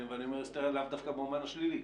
ואני אומר היסטריה לאו דווקא במובן השלילי,